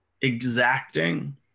exacting